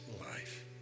life